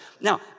Now